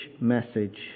message